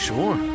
Sure